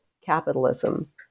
Capitalism